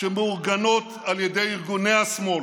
שמאורגנות על ידי ארגוני השמאל,